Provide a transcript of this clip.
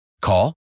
Call